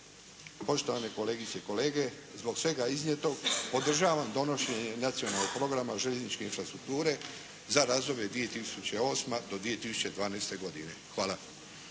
Poštovane kolegice i kolege zbog svega iznijetog podržavam donošenje nacionalnog programa željezničke infrastrukture za razdoblje 2008.-2012. godine. Hvala.